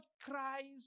Christ